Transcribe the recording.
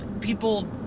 people